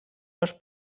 los